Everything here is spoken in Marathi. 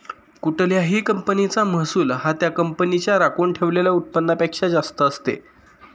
कुठल्याही कंपनीचा महसूल हा त्या कंपनीच्या राखून ठेवलेल्या उत्पन्नापेक्षा जास्त असते